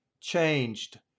changed